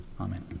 Amen